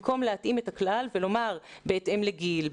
במקום להתאים את הכלל ולומר שיהיה בהתאם לגיל,